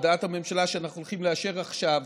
הודעת הממשלה שאנחנו הולכים לאשר עכשיו